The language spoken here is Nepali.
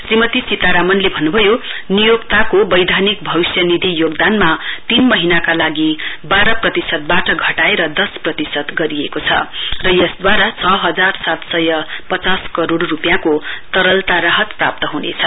श्रीमती सीतारामनले नियोक्ता बैधानिक भविष्य निधि योगदानमा तीन महीनाका लागि बाह्र प्रतिशतवाट घटाएर दस प्रतिशत गरेको छ र यसदूवारा छ हजार सात सय पचास करोड़ रुपियाँको तरलता राहत प्राप्त ह्नेछ